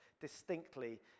distinctly